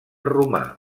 romà